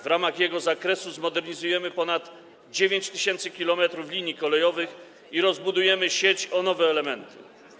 W ramach jego zakresu zmodernizujemy ponad 9 tys. km linii kolejowych i rozbudujemy sieć o nowe elementy.